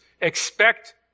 expect